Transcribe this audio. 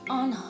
on